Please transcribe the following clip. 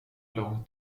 lång